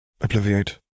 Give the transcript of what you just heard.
Obliviate